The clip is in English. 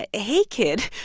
ah hey, kid.